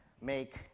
make